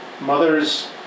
mother's